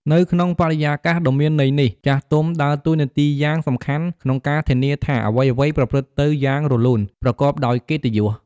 នៅក្នុងបរិយាកាសដ៏មានន័យនេះ ចាស់ទុំដើរតួនាទីយ៉ាងសំខាន់ ក្នុងការធានាថាអ្វីៗប្រព្រឹត្តទៅយ៉ាងរលូន ប្រកបដោយកិត្តិយស។